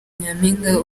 nyampinga